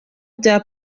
bya